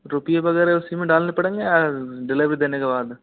रुपये वगैरह उसी में डालने पड़ेंगे या डिलिवरी देने के बाद